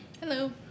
Hello